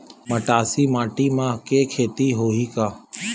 मटासी माटी म के खेती होही का?